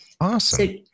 Awesome